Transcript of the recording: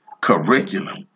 curriculum